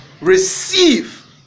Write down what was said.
Receive